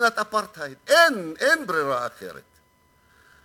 מדינת אפרטהייד, אין ברירה אחרת.